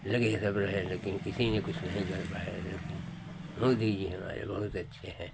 लगे सब रहे लेकिन किसी ने कुछ नहीं कर पाया जब मोदी जी हमारे बहुत अच्छे हैं